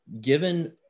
given